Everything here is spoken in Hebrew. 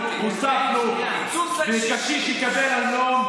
אנחנו עושים הרבה וגם מדברים הרבה.